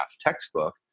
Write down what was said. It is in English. textbook